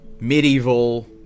medieval